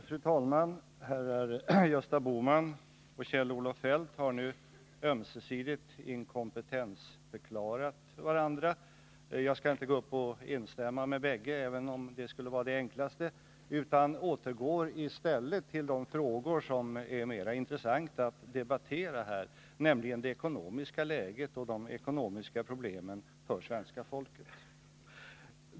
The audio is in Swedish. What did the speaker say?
Fru talman! Herrar Gösta Bohman och Kjell-Olof Feldt har nu ömsesidigt inkompetensförklarat varandra. Jag skall inte gå upp och instämma med bägge, även om det skulle vara det enklaste, utan jag återgår i stället till de frågor som är mera intressanta att debattera här, nämligen det ekonomiska läget och de ekonomiska problemen för svenska folket.